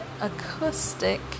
acoustic